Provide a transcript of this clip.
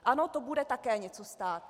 Ano, to bude také něco stát.